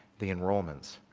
the enrollments.